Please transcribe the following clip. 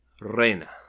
reina